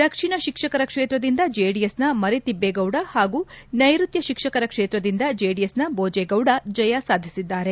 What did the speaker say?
ದಕ್ಷಿಣ ಶಿಕ್ಷಕರ ಕ್ಷೇತ್ರದಿಂದ ಜೆಡಿಎಸ್ನ ಮರಿತಿಬ್ಬೇ ಗೌಡ ಹಾಗೂ ನೈರುತ್ಯ ಶಿಕ್ಷಕರ ಕ್ಷೇತ್ರದಿಂದ ಜೆಡಿಎಸ್ನ ಬೋಜೆ ಗೌಡ ಜಯ ಸಾಧಿಸಿದ್ದಾರೆ